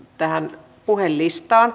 rouva puhemies